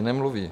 Nemluví.